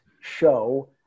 show